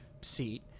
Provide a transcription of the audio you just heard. seat